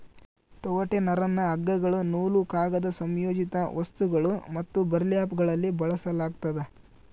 ತೊಗಟೆ ನರನ್ನ ಹಗ್ಗಗಳು ನೂಲು ಕಾಗದ ಸಂಯೋಜಿತ ವಸ್ತುಗಳು ಮತ್ತು ಬರ್ಲ್ಯಾಪ್ಗಳಲ್ಲಿ ಬಳಸಲಾಗ್ತದ